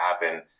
happen